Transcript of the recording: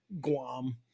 Guam